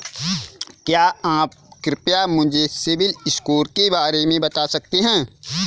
क्या आप कृपया मुझे सिबिल स्कोर के बारे में बता सकते हैं?